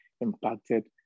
impacted